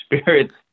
spirits